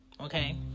Okay